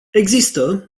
există